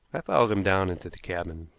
followed him down into the cabin.